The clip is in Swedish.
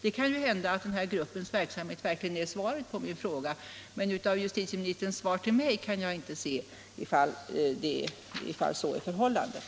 Det kan ju hända att arbetsgruppens verksamhet verkligen är ett svar på min fråga, men av justitieministerns interpellationssvar till mig kan jag inte sluta mig till om så är förhållandet.